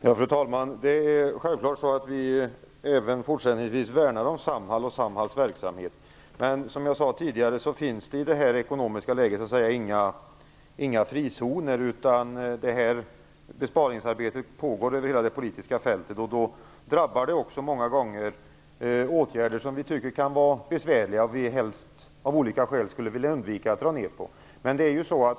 Fru talman! Det är självklart så att vi även fortsättningsvis värnar om Samhall och Samhalls verksamhet. Men som jag tidigare sade finns det i detta ekonomiska läge inga frizoner, utan besparingsarbetet pågår över hela det politiska fältet. Då drabbar det också många gånger åtgärder som vi tycker är bra och som vi helst skulle vilja undvika att dra ner på.